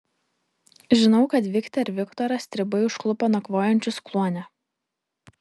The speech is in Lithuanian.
žinau kad viktę ir viktorą stribai užklupo nakvojančius kluone